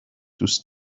دوست